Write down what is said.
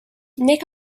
nick